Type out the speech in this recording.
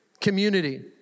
Community